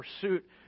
pursuit